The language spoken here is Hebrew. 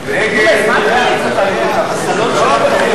להסיר מסדר-היום את הצעת חוק